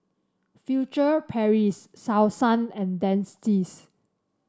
Furtere Paris Selsun and Dentiste